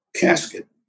casket